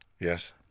Yes